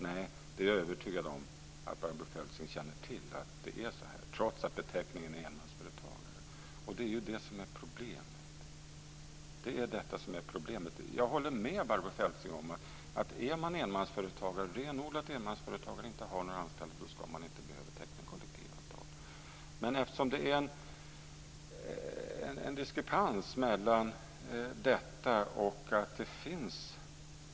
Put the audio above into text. Nej, jag är övertygad om att Barbro Feltzing känner till att det är så här, trots att beteckningen är enmansföretagare. Det är ju detta som är problemet. Jag håller med Barbro Feltzing om att om man är renodlad enmansföretagare och inte har några anställda ska man inte behöva teckna kollektivavtal. Men det finns en diskrepans mellan detta och att det finns sådana här fall.